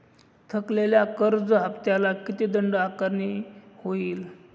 थकलेल्या कर्ज हफ्त्याला किती दंड आकारणी होईल?